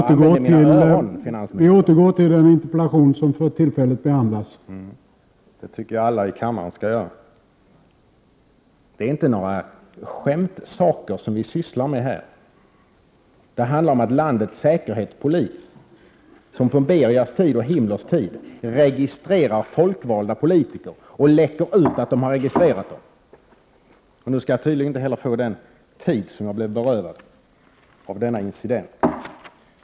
Herr talman! Det är inte några skämtsaker som vi sysslar med. Det handlar om att landets säkerhetspolis, som på Berias tid och på Himmlers tid, registrerar folkvalda politiker och läcker ut att de har registrerat dem.